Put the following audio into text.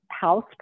house